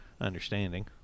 understanding